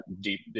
deep